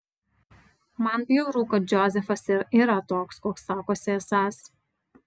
man bjauru kad džozefas ir yra toks koks sakosi esąs